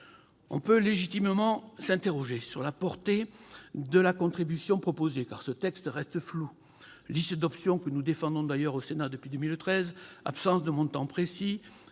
On peut légitimement s'interroger sur la portée de la contribution proposée, car ce texte reste flou. On y trouve une liste d'options que nous défendons d'ailleurs au Sénat depuis 2013, mais sans aucun montant précis.